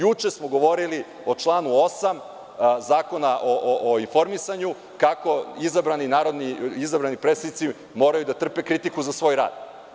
Juče smo govorili o članu 8. Zakona o informisanju, kako izabrani predsednici moraju da trpe kritiku za svoj rad.